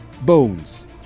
bones